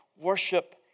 Worship